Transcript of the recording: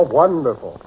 wonderful